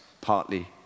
partly